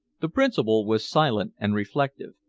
the principal was silent and reflective.